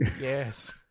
Yes